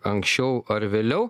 ankščiau ar vėliau